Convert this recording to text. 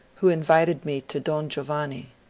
who invited me to don gio vanni.